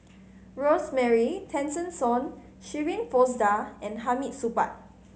Rosemary Tessensohn Shirin Fozdar and Hamid Supaat